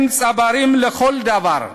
הם צברים לכל דבר.